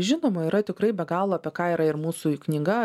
žinoma yra tikrai be galo apie ką yra ir mūsų knyga